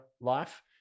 life